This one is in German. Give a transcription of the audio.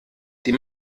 die